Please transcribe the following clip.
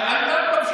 שאלת?